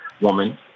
Woman